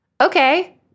Okay